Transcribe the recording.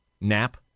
nap